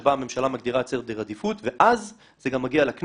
שבה הממשלה מגדירה את סדר העדיפות ואז זה גם מגיע לכנסת,